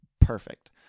Perfect